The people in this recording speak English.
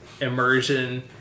immersion